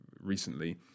recently